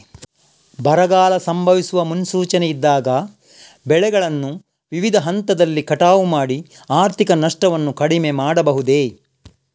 ಬರಗಾಲ ಸಂಭವಿಸುವ ಮುನ್ಸೂಚನೆ ಇದ್ದಾಗ ಬೆಳೆಗಳನ್ನು ವಿವಿಧ ಹಂತದಲ್ಲಿ ಕಟಾವು ಮಾಡಿ ಆರ್ಥಿಕ ನಷ್ಟವನ್ನು ಕಡಿಮೆ ಮಾಡಬಹುದೇ?